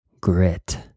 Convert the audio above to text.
grit